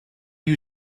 you